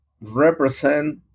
represent